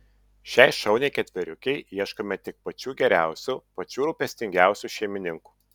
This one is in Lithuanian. šiai šauniai ketveriukei ieškome tik pačių geriausių pačių rūpestingiausių šeimininkų